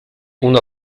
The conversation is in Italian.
una